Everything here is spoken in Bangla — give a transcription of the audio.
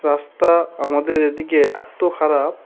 রাস্তা আমাদের এদিকে এত খারাপ